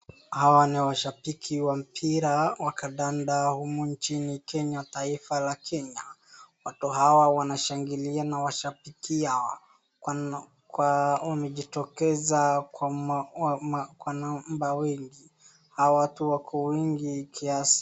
Hawa ni mashabiki wa mpira wa kandanda humu nchini Kenya taifa la Kenya . Watu hawa wanashangilia na wanashabikia kwa wamejitokeza kwa wingi, hawa watu wako wengi kiasi.